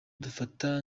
dufata